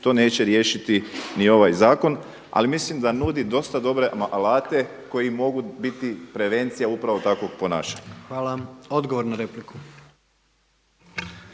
to neće riješiti ni ovaj zakon. Ali mislim da nudi dosta dobre alate koji mogu biti prevencija upravo takvog ponašanja. **Jandroković,